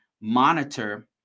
monitor